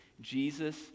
Jesus